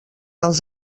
els